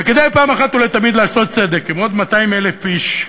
וכדאי פעם אחת ולתמיד לעשות צדק עם עוד 200,000 איש,